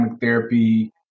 therapy